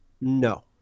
No